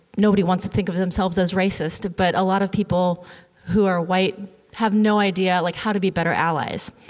nobody wants to think of themselves as racist, but a lot of people who are white have no idea, like, how to be better allies.